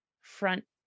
front